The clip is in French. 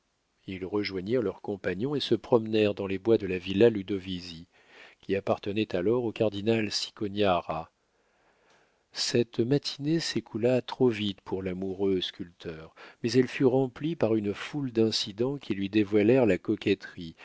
ils rejoignirent leurs compagnons et se promenèrent dans les bois de la villa ludovisi qui appartenait alors au cardinal cicognara cette matinée s'écoula trop vite pour l'amoureux sculpteur mais elle fut remplie par une foule d'incidents qui lui dévoilèrent la coquetterie